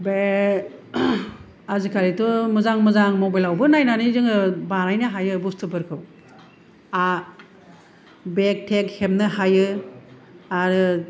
बे आजिखालिथ' मोजां मोजां मबाइलआवबो नायनानै जोङो बानायनो हायो बुस्तुफोरखौ आ बेग थेग हेबनो हायो आरो